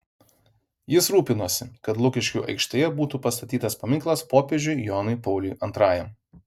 jis rūpinosi kad lukiškių aikštėje būtų pastatytas paminklas popiežiui jonui pauliui antrajam